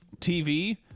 TV